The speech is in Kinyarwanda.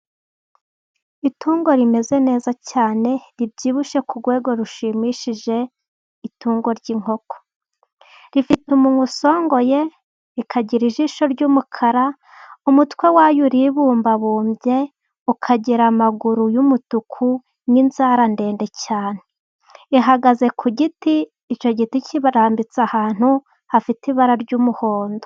Itungo rimeze neza cyane ribyibushye ku rwego rushimishije, itungo ry'inkoko rifite umunwa usongoye rikagira ijisho ry'umukara, umutwe wayo uribumbabumbye, ukagira amaguru y'umutuku n'inzara ndende cyane, ihagaze ku giti icyo giti kirambitse ahantu hafite ibara ry'umuhondo.